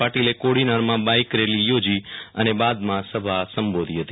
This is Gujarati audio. પાટિલે કોડીનારમાં બાઈકરેલી અને બાદમાં સભા સંબોધી હતી